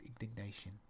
indignation